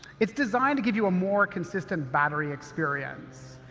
it's designed to give you a more consistent battery experience.